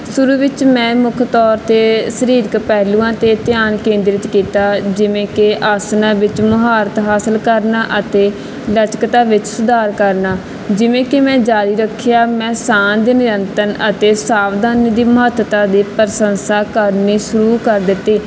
ਸ਼ੁਰੂ ਵਿੱਚ ਮੈਂ ਮੁੱਖ ਤੌਰ 'ਤੇ ਸਰੀਰਕ ਪਹਿਲੂਆਂ 'ਤੇ ਧਿਆਨ ਕੇਂਦਰਿਤ ਕੀਤਾ ਜਿਵੇਂ ਕਿ ਆਸਨਾ ਵਿੱਚ ਮੁਹਾਰਤ ਹਾਸਲ ਕਰਨਾ ਅਤੇ ਲਚਕਤਾ ਵਿੱਚ ਸੁਧਾਰ ਕਰਨਾ ਜਿਵੇਂ ਕਿ ਮੈਂ ਜਾਰੀ ਰੱਖਿਆ ਮੈਂ ਸਾਹ ਦੇ ਨਿਰੰਤਰ ਅਤੇ ਸਾਵਧਾਨੀ ਦੀ ਮਹੱਤਤਾ ਦੀ ਪ੍ਰਸ਼ੰਸਾ ਕਰਨੀ ਸ਼ੁਰੂ ਕਰ ਦਿੱਤੀ